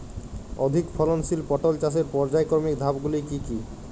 অধিক ফলনশীল পটল চাষের পর্যায়ক্রমিক ধাপগুলি কি কি?